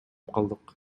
калдык